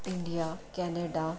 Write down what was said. India Canada